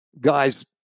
guys